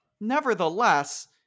nevertheless